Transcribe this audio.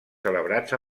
celebrats